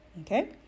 Okay